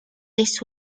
this